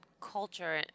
culture